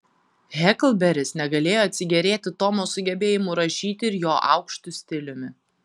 heklberis negalėjo atsigėrėti tomo sugebėjimu rašyti ir jo aukštu stiliumi